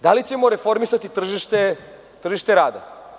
Da li ćemo reformisati tržište rada?